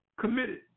committed